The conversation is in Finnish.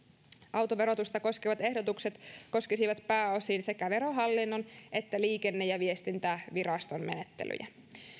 autoverotusta koskevat ehdotukset koskisivat pääosin sekä verohallinnon että liikenne ja viestintäviraston menettelyjä